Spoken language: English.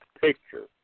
picture